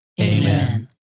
Amen